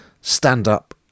stand-up